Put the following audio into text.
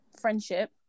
friendship